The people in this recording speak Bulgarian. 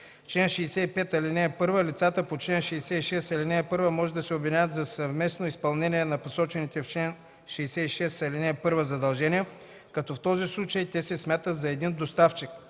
„Чл. 65. (1) Лицата по чл. 66, ал. 1 може да се обединят за съвместно изпълнение на посочените в чл. 66, ал. 1 задължения, като в този случай те се смятат за един доставчик.